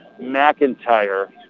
McIntyre